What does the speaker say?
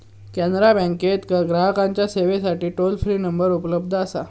कॅनरा बँकेत ग्राहकांच्या सेवेसाठी टोल फ्री नंबर उपलब्ध असा